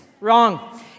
Wrong